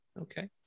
Okay